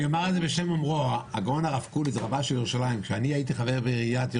אומר את זה בשם אומרו: הגאון הרב קוליץ,